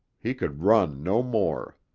he could run no more.